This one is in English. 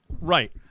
Right